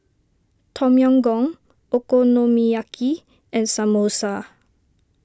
Tom Yam Goong Okonomiyaki and Samosa